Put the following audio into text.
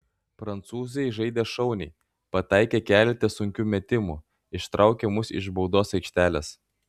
prancūzai žaidė šauniai pataikė keletą sunkių metimų ištraukė mus iš baudos aikštelės